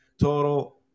Total